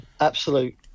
Absolute